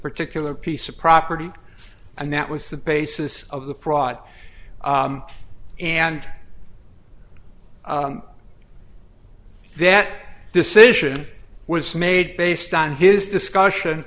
particular piece of property and that was the basis of the process and that decision was made based on his discussion